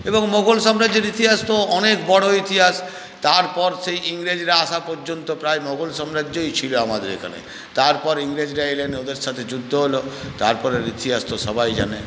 এবং মোগল সাম্রাজ্যের ইতিহাস তো অনেক বড়ো ইতিহাস তারপর সেই ইংরেজরা আসা পর্যন্ত প্রায় মোগল সাম্রাজ্যই ছিল আমাদের এখানে তারপর ইংরেজরা এলেন ওদের সাথে যুদ্ধ হল তারপরের ইতিহাস তো সবাই জানে